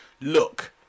Look